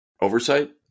oversight